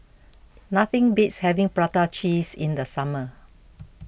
nothing beats having Prata Cheese in the summer